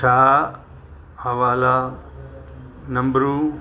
छा हवाला नम्बरू